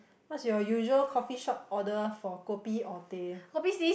what's your usual coffee shop order for kopi or teh